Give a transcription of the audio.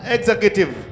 Executive